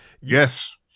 yes